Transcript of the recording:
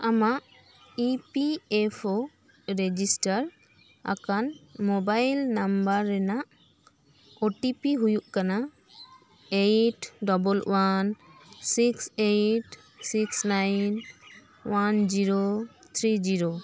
ᱟᱢᱟᱜ E P F O register ᱟᱠᱟᱱ mobile number ᱨᱮᱱᱟᱜ ᱳᱴᱤᱯᱤ ᱦᱩᱭᱩᱜᱼᱠᱟᱱᱟ eight double one six eight six nine one zero three zero